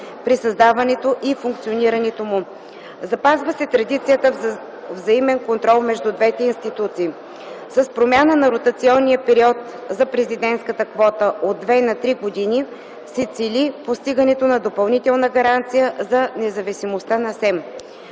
при създаването и функционирането му. Запазва се традицията за взаимен контрол между двете институции. С промяна на ротационния период за президентската квота от 2 на 3 години се цели постигането на допълнителна гаранция за независимостта на СЕМ.